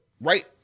right